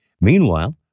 Meanwhile